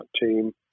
team